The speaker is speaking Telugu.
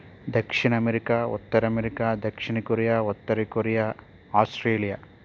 దక్షిణఅమెరికా ఉత్తరఅమెరికా దక్షిణకొరియా ఉత్తరకొరియా ఆస్ట్రేలియా